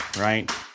right